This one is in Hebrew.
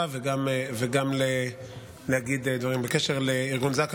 וגם להגיד דברים בקשר לארגון זק"א,